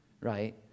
right